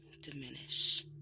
diminish